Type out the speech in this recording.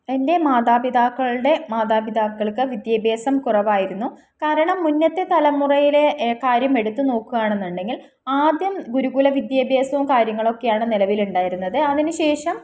എൻ്റെ മാതാപിതാക്കളുടെ മാതാപിതാക്കൾക്ക് വിദ്യാഭ്യാസം കുറവായിരുന്നു കാരണം മുന്നത്തെ തലമുറയിലെ കാര്യം എടുത്ത് നോക്കുകയാണെന്നുണ്ടെങ്കിൽ ആദ്യം ഗുരുകുല വിദ്യാഭ്യാസവും കാര്യങ്ങളൊക്കെയാണ് നിലവിലുണ്ടായിരുന്നത് അതിനുശേഷം